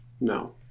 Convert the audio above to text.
No